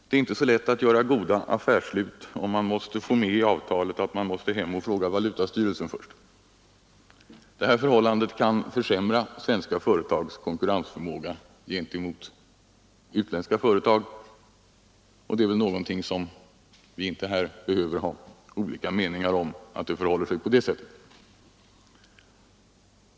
Det är inte så lätt att göra goda affärsslut om man måste få med i avtalet att man måste hem och fråga valutastyrelsen innan avtalet kan slutligt skrivas under. Detta förhållande kan försämra svenska företags kon kurrensförmåga gentemot utländska företag. Vi behöver inte här ha olika meningar om det.